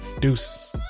Deuces